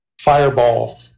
fireball